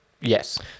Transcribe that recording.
Yes